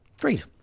great